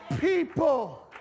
People